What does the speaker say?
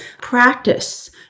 practice